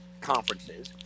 conferences